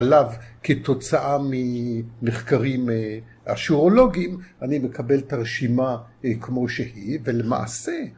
עליו כתוצאה ממחקרים אשורולוגיים, אני מקבל את הרשימה כמו שהיא, ולמעשה...